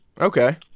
Okay